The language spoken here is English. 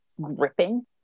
gripping